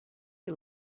you